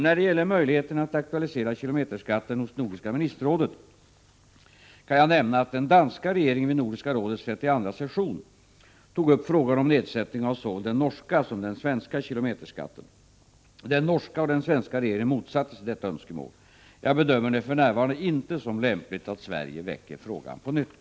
När det gäller möjligheten att aktualisera kilometerskatten hos Nordiska ministerrådet kan jag nämna att den danska regeringen vid Nordiska rådets 32:a session tog upp frågan om nedsättning av såväl den norska som den svenska kilometerskatten. Den norska och den svenska regeringen motsatte sig detta önskemål. Jag bedömer det för närvarande inte som lämpligt att Sverige väcker frågan på nytt.